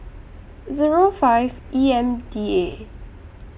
Zero five E M D A